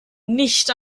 nicht